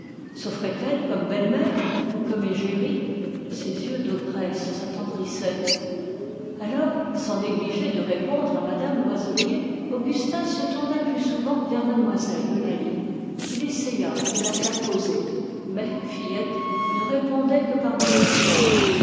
soffrait elle comme bellemère ou comme égérie ses yeux d'ogresse s'attendrissaient alors sans négliger de répondre à mme loiselier augustin se tourna plus souvent vers mlle eulalie il essaya de la faire causer mais fillette ne répondait que par monosyllabes